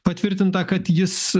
patvirtinta kad jis